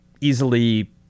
easily